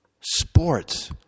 Sports